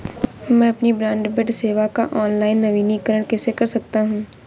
मैं अपनी ब्रॉडबैंड सेवा का ऑनलाइन नवीनीकरण कैसे कर सकता हूं?